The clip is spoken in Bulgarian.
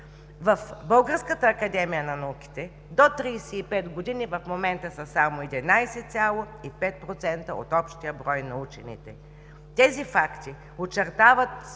В Българската академия на науките до 35 години в момента са само 11,5% от общия брой на учените. Тези факти очертават